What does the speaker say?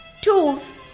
tools